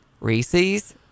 Reese's